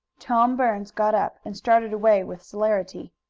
tom burns got up and started away with celerity.